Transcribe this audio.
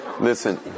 listen